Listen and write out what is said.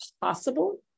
possible